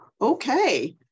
Okay